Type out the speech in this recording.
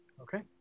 Okay